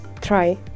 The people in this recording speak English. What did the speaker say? try